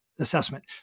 assessment